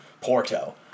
porto